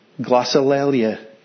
glossolalia